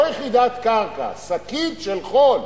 לא יחידת קרקע, שקית של חול.